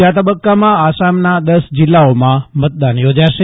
બીજા તબક્કામાં આસામના દસ જિલ્લાઓમાં મતદાન યોજાશે